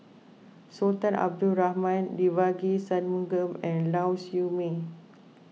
Sultan Abdul Rahman Devagi Sanmugam and Lau Siew Mei